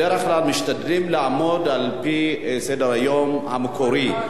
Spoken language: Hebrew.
בדרך כלל משתדלים לעמוד בסדר-היום המקורי,